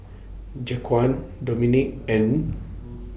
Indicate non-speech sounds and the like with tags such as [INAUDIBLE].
Jaquan Dominque and [NOISE]